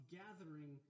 gathering